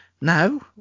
No